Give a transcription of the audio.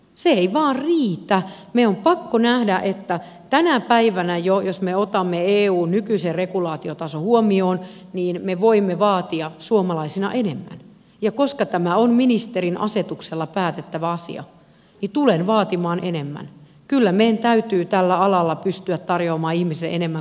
se ei vaan itä minun pakko nähdä että tämä päivänä jo jos me otamme eun nykyisen regulaatiotason huomioon niin me voimme vaatia suomalaisina enemmän ja koska tämä on ministerin asetuksella päätettävä asia ja tulen vaatimaan enemmän kyllä meidän täytyy tällä alalla pystyä tarjoama ihmisiä enemmän